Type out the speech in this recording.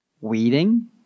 weeding